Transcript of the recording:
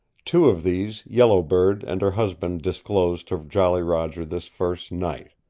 two of these yellow bird and her husband disclosed to jolly roger this first night.